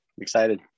excited